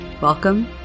Welcome